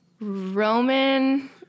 Roman